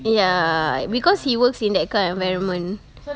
ya because he works in that kind of environment